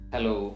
Hello